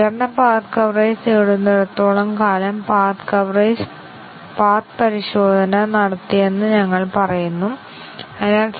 ഒന്നിനെ സംബന്ധിച്ചിടത്തോളം ഇവിടെ A 1 ഉം BC 1 1 ഉം ആണ്